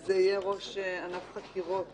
זה יהיה ראש ענף חקירות במחוז,